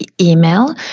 email